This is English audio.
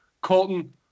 Colton